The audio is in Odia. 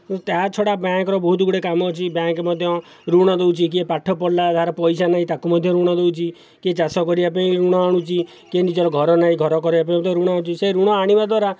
ତା ଛଡ଼ା ବ୍ୟାଙ୍କ୍ ର ବହୁତ ଗୁଡ଼ିଏ କାମ ଅଛି ବ୍ୟାଙ୍କ୍ ମଧ୍ୟ ୠଣ ଦଉଛି କିଏ ପାଠ ପଢ଼ିଲା ଯାହାର ପଇସା ନାହିଁ ତାକୁ ମଧ୍ୟ ୠଣ ଦଉଛି କିଏ ଚାଷ କରିବା ପାଇଁ ୠଣ ଆଣୁଛି କିଏ ନିଜର ଘର ନାଇଁ ଘର କରିବା ପାଇଁ ତ ୠଣ ଆଣୁଛି ସେ ୠଣ ଆଣିବା ଦ୍ୱାରା